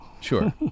Sure